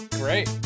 great